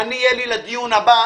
יהיה לי לדיון הבא,